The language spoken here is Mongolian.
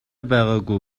байгаагүй